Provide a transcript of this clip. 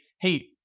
hey